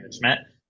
management